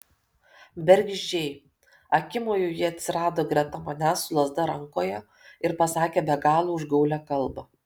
bergždžiai akimoju ji atsirado greta manęs su lazda rankoje ir pasakė be galo užgaulią kalbą